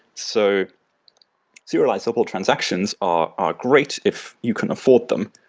so serializable transactions are are great if you can afford them.